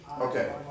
Okay